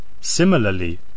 Similarly